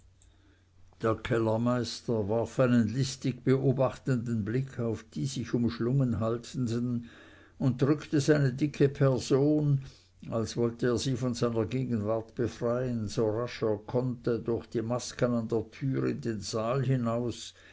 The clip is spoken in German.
der kellermeister warf einen listig beobachtenden blick auf die sich umschlungen haltenden und drückte seine dicke person als wollte er sie von seiner gegenwart befreien so rasch er konnte durch die masken an der türe in den saal hinaus